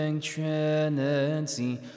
trinity